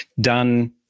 done